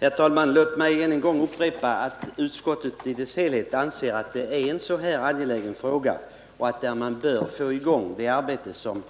Herr talman! Låt mig än en gång upprepa att utskottet i sin helhet anser att detta är en angelägen fråga och att man bör få i gång det arbete som